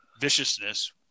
viciousness